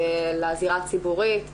לזירה הציבורית וכולי.